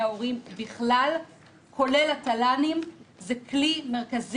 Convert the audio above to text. מרכזיים: סוגיית התל"ן וסוגיה של שולחן עגול של צוות מומחים,